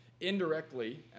indirectly